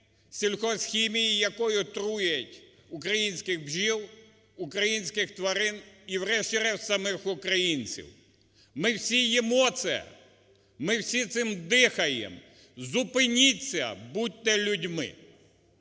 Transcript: сільхозхімії, якою труять українських бджіл, українських тварин і врешті-решт самих українців. Ми всі їмо це, ми всі цим дихаємо. Зупиніться! Будьте людьми!